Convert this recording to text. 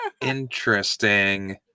interesting